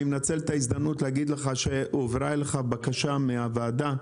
אני מנצל את ההזדמנות להגיד לך שהועברה אליך בקשה מהועדה,